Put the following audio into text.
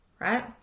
right